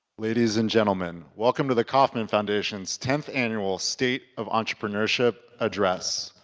ladies and gentlemen, welcome to the kauffman foundation's tenth annual state of entrepreneurship address.